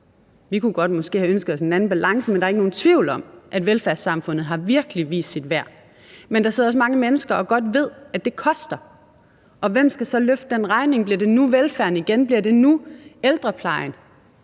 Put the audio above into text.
Vi kunne måske godt have ønsket os en anden balance, men der er ikke nogen tvivl om, at velfærdssamfundet virkelig har vist sit værd. Men der sidder så mange mennesker, som også godt ved, at det koster, og hvem skal så løfte den regning? Bliver det nu velfærden igen? Bliver det nu ældreplejen?